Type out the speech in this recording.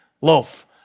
loaf